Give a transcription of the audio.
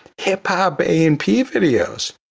hip hop a and p videos,